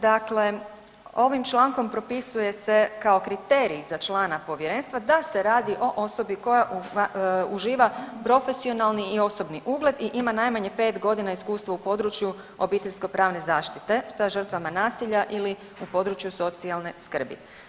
Dakle, ovim člankom propisuje se kao kriterij za člana povjerenstva da se radi o osobi koja uživa profesionalni i osobni ugled i ima najmanje 5 godina iskustva u području obiteljsko pravne zaštite sa žrtvama nasilja ili u području socijalne skrbi.